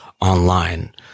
online